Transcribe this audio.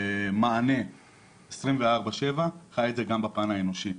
מענה 24/7, חי את זה גם בפן האנושי.